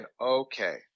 okay